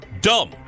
dumb